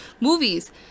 Movies